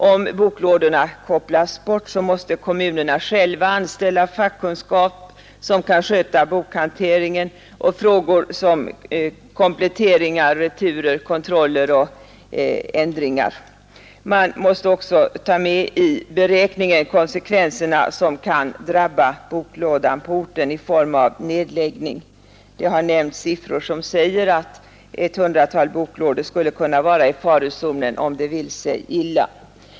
Om boklådorna kopplas bort måste kommunerna själva anställa fackkunnigt folk, som kan sköta bokhantering, kompletteringar, returer, kontroller och ändringar. Man måste också ta med i beräkningarna de konsekvenser som kan drabba boklådan på orten i form av nedläggning. Det har nämnts siffror som visar att ett hundratal boklådor skulle kunna vara i farozonen, om det vill sig illa.